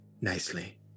nicely